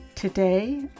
Today